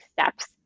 steps